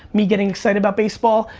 me getting excited about baseball.